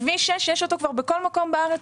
כביש 6 יש אותו כבר בכל מקום בארץ,